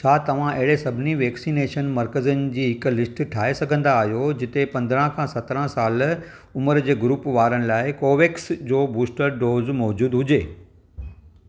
छा तव्हां अहिड़े सभिनी वैक्सिनेशन मर्कज़नि जी हिकु लिस्टु ठाहे सघंदा आहियो जिते पंद्रहां खां सत्रहां साल उमिरि जे ग्रूप वारनि लाइ कोवोवैक्स जो बूस्टर डोज़ मौजूदु हुजे